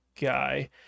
guy